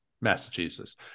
Massachusetts